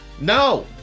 No